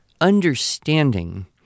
understanding